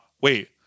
wait